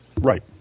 Right